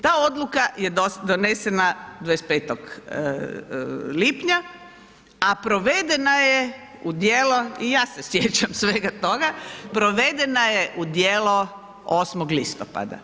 Ta odluka je donesena 25. lipnja a provedena je u djelo, i ja se sjećam svega toga, provedena je u djelo 8. listopada.